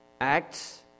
acts